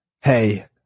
hey